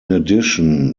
addition